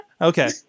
Okay